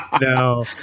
No